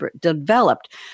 developed